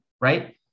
right